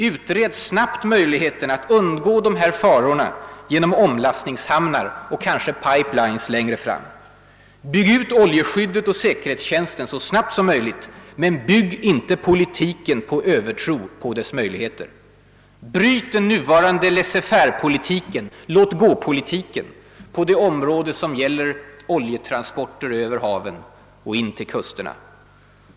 Utred snabbt möjligheterna att undgå de här farorna genom omlastningshamnar och kanske pipelines längre fram! Bygg ut oljeskyddet och säkerhetstjänsten så snabbt som möjligt — men bygg inte politiken på övertro på dess möjligheter! Bryt den nuvarande laisser-fairepolitiken, låt-gå-politiken, på det område som gäller oljetransporter över haven och in till kusterna!